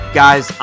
guys